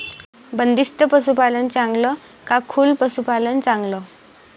बंदिस्त पशूपालन चांगलं का खुलं पशूपालन चांगलं?